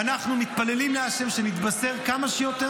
ואנחנו מתפללים להשם שנתבשר כמה שיותר